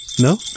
No